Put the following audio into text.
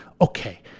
okay